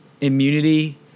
immunity